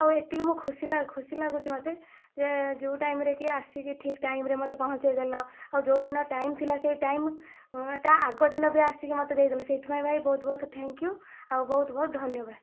ଆଉ ଏତିକି ମୁଁ ଖୁସି ଖୁସି ଲାଗୁଛି ମୋତେ ଯେ ଯେଉଁ ଟାଇମରେକି ଆସିକି ଠିକ ଟାଇମରେ ମୋତେ ପହୁଞ୍ଚାଇ ଦେଲ ଆଉ ଯେଉଁଦିନ ଟାଇମ ଥିଲା ସେଇ ଟାଇମ ତା ଆଗ ଦିନ ବି ଆସିକି ମୋତେ ଦେଇ ଦେଲ ସେଇଥିପାଇଁ ଭାଇ ବହୁତ ବହୁତ ଥେଙ୍କ ୟୁ ଆଉ ବହୁତ ବହୁତ ଧନ୍ୟବାଦ